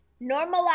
Normalize